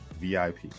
VIP